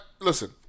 Listen